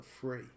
free